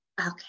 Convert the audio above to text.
Okay